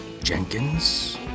Jenkins